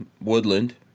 Woodland